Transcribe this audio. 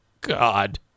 god